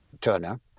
Turner